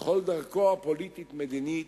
לכל דרכו הפוליטית-המדינית